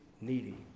needy